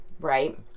right